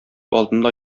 алдында